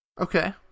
Okay